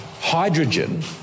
hydrogen